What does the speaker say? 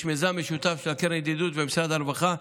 יש מיזם משותף של הקרן לידידות ומשרד הרווחה.